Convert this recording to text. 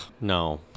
no